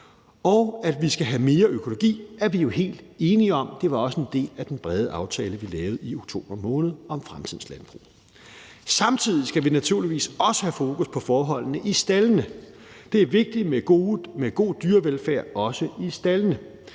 og at vi skal have mere økologi er vi jo helt enige om. Det var også en del af den brede aftale, vi lavede i oktober måned, om fremtidens landbrug. Samtidig skal vi naturligvis også have fokus på forholdene i staldene. Det er vigtigt med god dyrevelfærd, også i staldene.